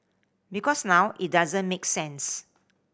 because now it doesn't make sense